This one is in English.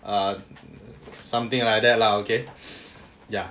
err something like that lah okay ya